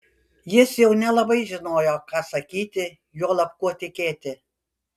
jis jau nelabai žinojo ką sakyti juolab kuo tikėti